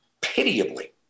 pitiably